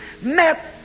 met